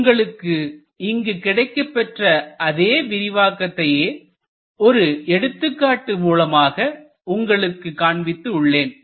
உங்களுக்கு இங்கு கிடைக்கப்பெற்ற அதே விரிவாக்கத்தையே ஒரு எடுத்துக்காட்டு மூலமாக உங்களுக்கு காண்பித்து உள்ளேன்